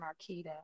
Marquita